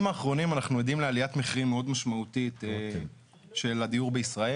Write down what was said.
האחרונים אנחנו עדים לעליית מחירים מאוד משמעותית של הדיור בישראל.